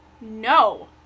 No